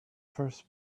first